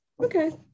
Okay